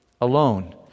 alone